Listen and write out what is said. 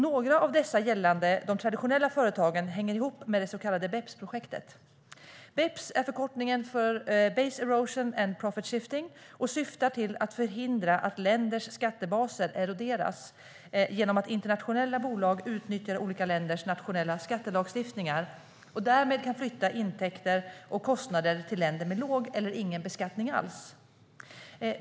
Några av dessa gällande de traditionella företagen hänger ihop med det så kallade BEPS-projektet. BEPS är förkortningen för base erosion and profit shifting, och projektet syftar till att förhindra att länders skattebaser eroderas genom att internationella bolag utnyttjar olika länders nationella skattelagstiftningar och därmed kan flytta intäkter och kostnader till länder med låg eller ingen beskattning alls.